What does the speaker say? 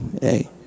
Hey